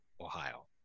Ohio